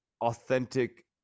authentic